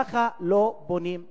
ככה לא בונים עתיד.